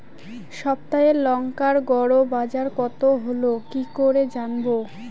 সপ্তাহে লংকার গড় বাজার কতো হলো কীকরে জানবো?